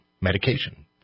medication